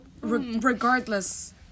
Regardless